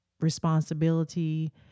responsibility